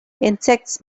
insects